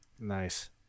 Nice